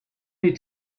need